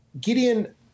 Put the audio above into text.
Gideon